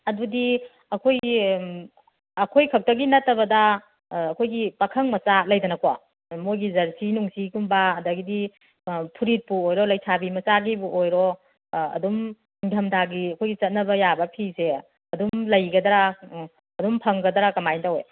ꯑꯗꯨꯗꯤ ꯑꯩꯈꯣꯏ ꯎꯝ ꯑꯩꯈꯣꯏ ꯈꯛꯇꯒꯤ ꯅꯠꯇꯕꯗ ꯑꯩꯈꯣꯏꯒꯤ ꯄꯥꯈꯪ ꯃꯆꯥ ꯂꯩꯗꯅ ꯀꯣ ꯎꯝ ꯃꯣꯏꯒꯤ ꯖꯔꯁꯤ ꯅꯨꯡꯁꯤꯒꯨꯝꯕ ꯑꯗꯒꯤꯗꯤ ꯐꯨꯔꯤꯠꯄꯨ ꯑꯣꯏꯔꯣ ꯂꯩꯁꯥꯕꯤ ꯃꯆꯥꯒꯤꯕꯨ ꯑꯣꯏꯔꯣ ꯑꯗꯨꯝ ꯅꯤꯡꯊꯝ ꯊꯥꯒꯤ ꯑꯩꯈꯣꯏꯒꯤ ꯆꯠꯅꯕ ꯌꯥꯕ ꯐꯤꯁꯦ ꯑꯗꯨꯝ ꯂꯩꯒꯗ꯭ꯔ ꯑꯗꯨꯝ ꯐꯪꯒꯗ꯭ꯔ ꯀꯃꯥꯏ ꯇꯧꯋꯦ